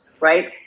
right